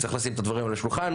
צריך לשים את הדברים על השולחן,